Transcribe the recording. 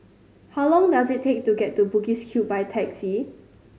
how long does it take to get to Bugis Cube by taxi